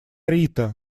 рита